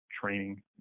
Training